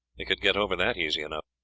they could get over that easy enough.